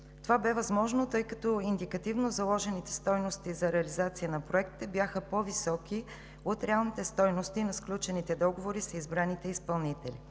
Това бе възможно, тъй като индикативно заложените стойности за реализация на проекта бяха по-високи от реалните стойности на сключените договори с избраните изпълнители.